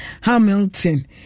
Hamilton